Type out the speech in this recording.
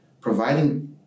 providing